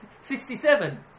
Sixty-seven